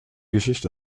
geschichte